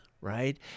right